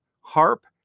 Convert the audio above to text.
harp